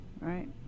Right